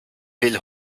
will